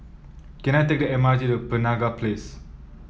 can I take the M R T to Penaga Place